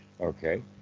Okay